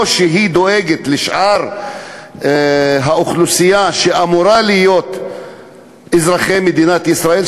שהיא דואגת לשאר האוכלוסייה שאמורה להיות אזרחי מדינת ישראל,